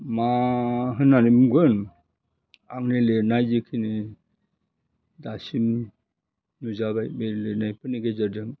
मा होननानै बुंगोन आंनि लिरनाय जिखिनि दासिम नुजाबाय बे लिरनायफोरनि गेजेरजों